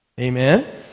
Amen